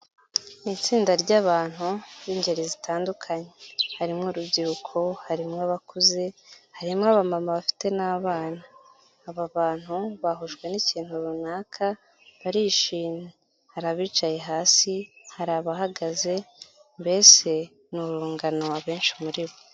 Ni itsinda ry'abantu b'ingeri zitandukanye. Harimo urubyiruko, harimo abakuze, harimo abamama bafite n'abana. Aba bantu bahujwe n'ikintu runaka barishimye. Hari abicaye hasi, hari abahagaze, mbese ni urungano abenshi muri bo.